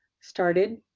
started